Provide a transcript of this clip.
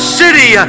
city